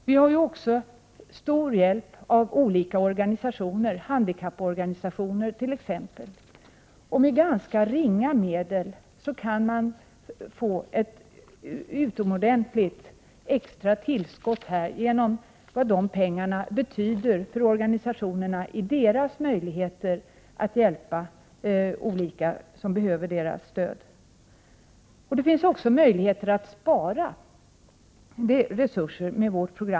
Olika organisationer — t.ex. handikapporganisationer — är till stor hjälp. Med ganska små medel är det möjligt att skapa ett utomordentligt bra extra tillskott genom att pengarna betyder så mycket för organisationernas möjligheter att hjälpa olika grupper som behöver deras stöd. Med vårt program är det också möjligt att spara resurser.